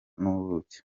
n’ubuki